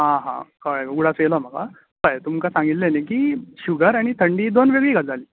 आं हां कळ्ळें उगडास येयलो म्हाका पय तुमकां सांगिल्ले न्ही की शुगर आनी थंडी ही दोन वेगळी गजालीं